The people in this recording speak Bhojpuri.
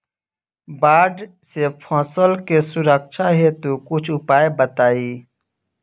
बाढ़ से फसल के सुरक्षा हेतु कुछ उपाय बताई?